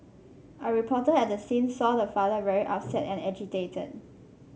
a reporter at the scene saw the father very upset and agitated